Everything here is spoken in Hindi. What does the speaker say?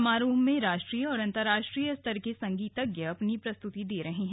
समारोह में राष्ट्रीय और अंतर्राष्ट्रीय स्तर के संगीतज्ञ अपनी प्रस्तुति दे रहे हैं